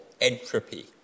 entropy